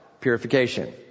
purification